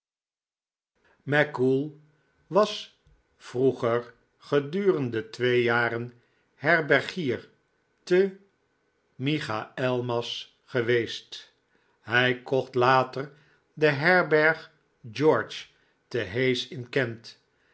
mackoull was vroeger gedurende tweejaren herbergier te michaelmas geweest hij kocht later de herberg george te hayes in kent